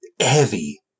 heavy